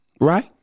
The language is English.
right